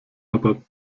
aber